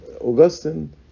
augustine